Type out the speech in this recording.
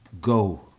go